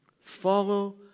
Follow